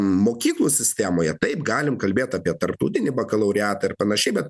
mokyklų sistemoje taip galime kalbėti apie tarptautinį bakalauriatą ir panašiai bet